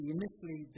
Initially